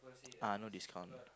ah no discount